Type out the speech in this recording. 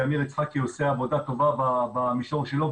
כי עמיר יצחקי עושה עבודה טובה במישור שלו,